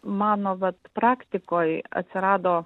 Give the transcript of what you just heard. mano vat praktikoj atsirado